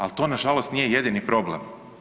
Ali to nažalost nije jedini problem.